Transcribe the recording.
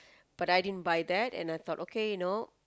but I didn't buy that and I thought okay you know